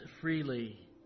freely